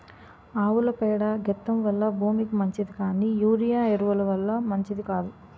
ఆవుల పేడ గెత్తెం వల్ల భూమికి మంచిది కానీ యూరియా ఎరువు ల వల్ల మంచిది కాదు